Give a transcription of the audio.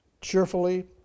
cheerfully